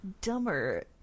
Dumber